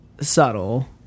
subtle